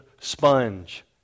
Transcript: sponge